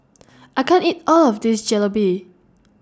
I can't eat All of This Jalebi